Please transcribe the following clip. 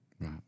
Right